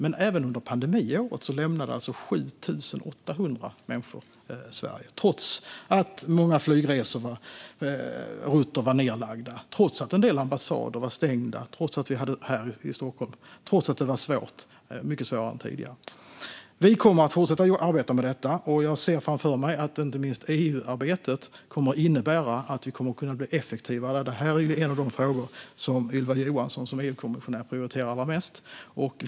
Men även under pandemiåret var det alltså 7 800 människor som lämnade Sverige, trots att många flygrutter var nedlagda, trots att en del ambassader här i Stockholm var stängda och trots att det var mycket svårare än tidigare. Vi kommer att fortsätta arbeta med detta. Jag ser framför mig att inte minst EU-arbetet kommer att innebära att det kommer att kunna bli effektivare. Detta är en av de frågor som Ylva Johansson som EU-kommissionär prioriterar allra mest.